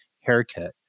haircut